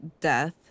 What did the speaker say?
death